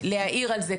להעיר על זה,